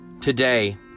Today